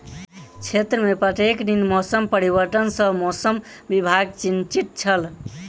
क्षेत्र में प्रत्येक दिन मौसम परिवर्तन सॅ मौसम विभाग चिंतित छल